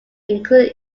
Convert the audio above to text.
including